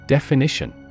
Definition